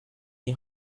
die